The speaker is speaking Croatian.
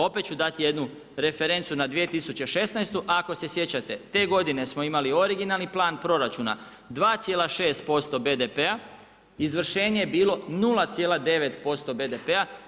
Opet ću dati jednu referencu na 2016., ako se sjećate, te godine smo imali originalni plan proračuna 2,6% BDP-a, izvršenje je bilo 0,9% BDP-a.